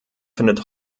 findet